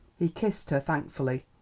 he kissed her thankfully,